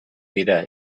dira